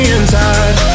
inside